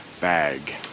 bag